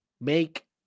make